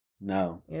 No